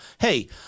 Hey